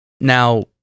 Now